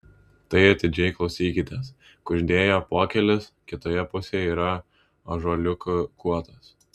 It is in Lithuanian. tai atidžiai klausykitės kuždėjo apuokėlis kitoje pusėje yra ąžuoliukų guotas